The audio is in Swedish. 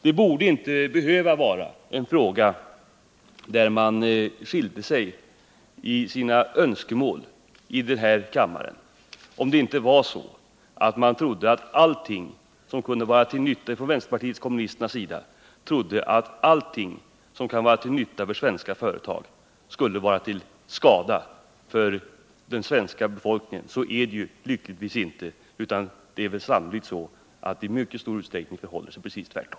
Det borde inte behöva vara en fråga där man skiljde sig i sina önskemål i denna kammare om det inte var så att man från vänsterpartiet kommunisternas sida trodde att allt som kunde vara till nytta för svenska företag skulle vara till skada för den svenska befolkningen. Så är det lyckligtvis inte, utan det förhåller sig i mycket stor utsträckning precis 51 tvärtom.